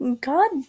God